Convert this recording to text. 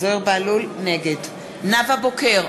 נגד נאוה בוקר,